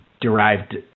derived